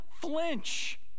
flinch